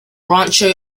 rancho